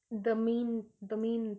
the main the main